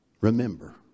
Remember